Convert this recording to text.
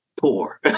poor